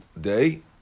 Day